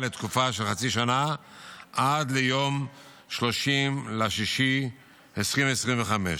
לתקופה של חצי שנה עד ליום 30 ביוני 2025,